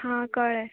हां कळ्ळें